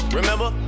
Remember